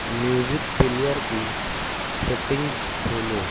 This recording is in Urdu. میوزک پلیر کی سیٹنگز کھولو